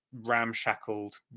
ramshackled